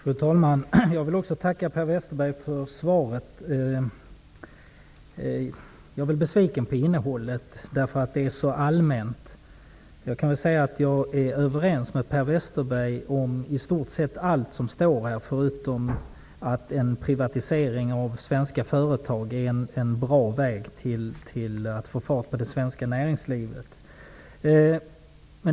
Fru talman! Jag vill också tacka Per Westerberg för svaret. Jag är besviken på innehållet. Det är så allmänt. Jag är överens med Per Westerberg om i stort sett allt det som står här, utom att en privatisering av svenska företag är en bra väg för att få fart på det svenska näringslivet.